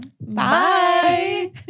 Bye